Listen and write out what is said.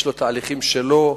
יש לו תהליכים שלו,